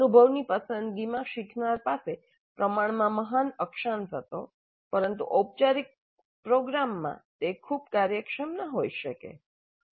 અનુભવની પસંદગીમાં શીખનાર પાસે પ્રમાણમાં મહાન અક્ષાંશ હતો પરંતુ ઔપચારિક પ્રોગ્રામમાં તે ખૂબ કાર્યક્ષમ ન હોઈ શકે